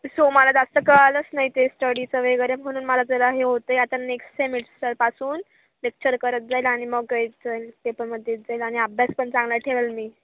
so मला जास्त कळालंच नाही ते स्टडीच वगैरे म्हणून मला जरा हे होत आहे आता नेक्स्ट सेमिस्टरपासून लेक्चर करत जाईल आणि मगच जाईल पेपरमध्ये देत जाईल आणि अभ्यास पण चांगला ठेवेल मी